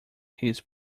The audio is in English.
his